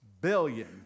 Billion